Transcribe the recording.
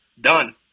Done